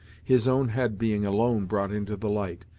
his own head being alone brought into the light.